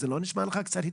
זה לא נשמע לך קצת התחמקות?